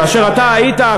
כאשר אתה היית,